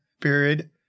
period